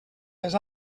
les